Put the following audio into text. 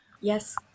Yes